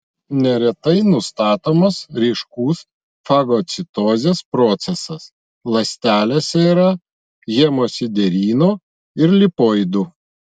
neretai nustatomas ryškus fagocitozės procesas ląstelėse yra hemosiderino ir lipoidų